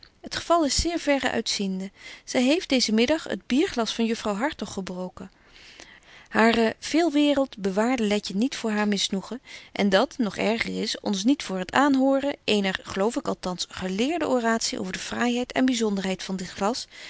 t geval is zeer verre uitziende zy heeft deezen middag het bierglas van juffrouw hartog gebroken hare veel waereld bewaarde letje niet voor haar misnoegen en dat nog erger is ons niet voor het aanhoren eener geloof ik althans geleerde oratie over de fraaiheid en byzonderheid van dit glas